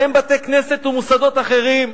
בהם בתי-כנסת ומוסדות אחרים,